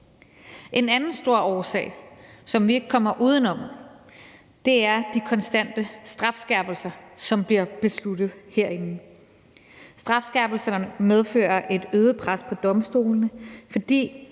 En anden stor årsag, som vi ikke kommer udenom, er de konstante strafskærpelser, som bliver besluttet herinde. Strafskærpelserne medfører et øget pres på domstolene, fordi